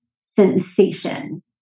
sensation